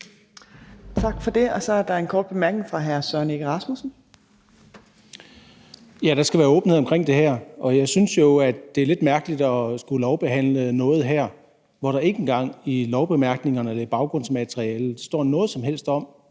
hr. Søren Egge Rasmussen. Kl. 14:33 Søren Egge Rasmussen (EL): Ja, der skal være åbenhed omkring det her, og jeg synes jo, at det er lidt mærkeligt at skulle lovbehandle noget her, hvor der ikke engang i lovbemærkningerne eller i baggrundsmaterialet står noget som helst om,